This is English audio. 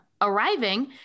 arriving